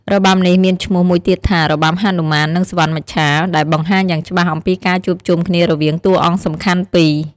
របាំនេះមានឈ្មោះមួយទៀតថា របាំហនុមាននិងសុវណ្ណមច្ឆា ដែលបង្ហាញយ៉ាងច្បាស់អំពីការជួបជុំគ្នារវាងតួអង្គសំខាន់ពីរ។